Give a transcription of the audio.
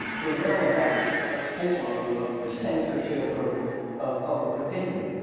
for mill, that's a form of the censorship of of public opinion.